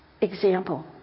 example